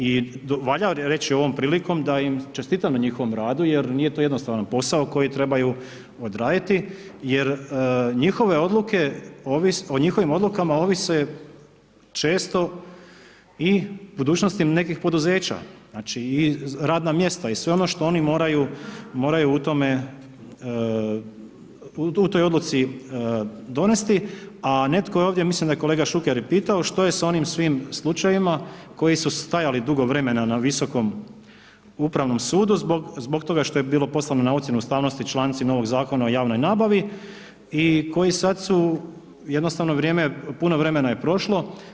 I valja reći ovom prilikom da im čestitam na njihovom radu jer nije to jednostavan posao koji trebaju odraditi jer njihove odluke, o njihovim odlukama ovise često i budućnosti nekih poduzeća, znači i radna mjesta i sve ono što oni moraju u tome u toj odluci donesti, a netko je ovdje, mislim da je kolega Šuker i pitao, što je sa onim svim slučajevima koji su stajali dugo vremena na Visokom upravnom sudu zbog toga što je bilo poslano na ocjenu ustavnosti članci novog Zakona o javnoj nabavi, koji sad su, jednostavno vrijeme, puno vremena je prošlo.